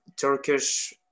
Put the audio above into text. Turkish